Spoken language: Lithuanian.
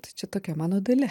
tai čia tokia mano dalia